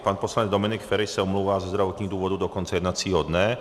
Pan poslanec Dominik Feri se omlouvá ze zdravotních důvodů do konce jednacího dne.